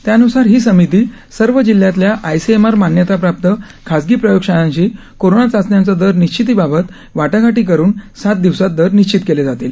त्यान्सार ही समिती सर्व जिल्ह्यातल्या आयसीएमआर मान्यता प्राप्त खासगी प्रयोगशाळांशी कोरोना चाचण्यांच्या दर निश्चिती बाबत वाटाघाटी करून सात दिवसात दर निश्चित करतील